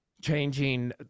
changing